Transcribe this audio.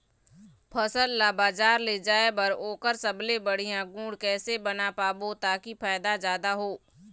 फसल ला बजार ले जाए बार ओकर सबले बढ़िया गुण कैसे बना पाबो ताकि फायदा जादा हो?